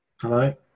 hello